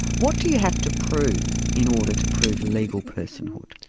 what do you have to prove in order to prove legal personhood?